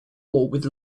with